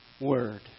word